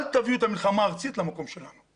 אל תביאו את המלחמה הארצית למקום שלנו,